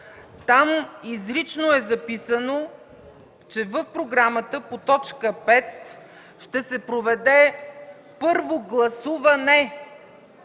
Там изрично е записано, че в програмата по т. 5 ще се проведе „Първо гласуване